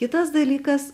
kitas dalykas